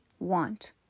want